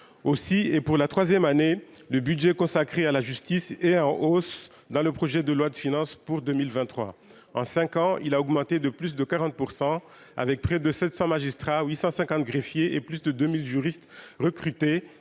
aussi et pour la 3ème année, le budget consacré à la justice et en hausse dans le projet de loi de finances pour 2023 en 5 ans, il a augmenté de plus de 40 % avec près de 700 magistrats, 850 greffiers et plus de 2000 juristes, recrutés,